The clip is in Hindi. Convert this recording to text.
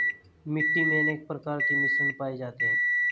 मिट्टी मे अनेक प्रकार के मिश्रण पाये जाते है